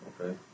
Okay